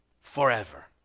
Forever